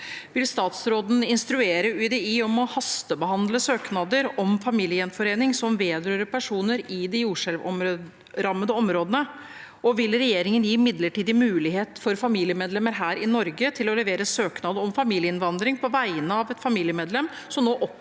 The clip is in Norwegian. Vil statsråden instruere UDI om å hastebehandle søknader om familiegjenforening som vedrører personer i de jordskjelvrammede områdene, og vil regjeringen gi midlertidig mulighet for familiemedlemmer i Norge til å levere søknad om familieinnvandring på vegne av et familiemedlem som oppholder